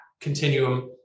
continuum